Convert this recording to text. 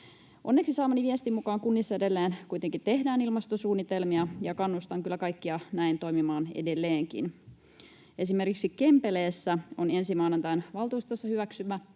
Onneksi saamani viestin mukaan kunnissa edelleen kuitenkin tehdään ilmastosuunnitelmia, ja kannustan kyllä kaikkia näin toimimaan edelleenkin. Esimerkiksi Kempeleessä on ensi maanantaina valtuustossa hyväksyttävänä